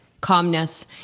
calmness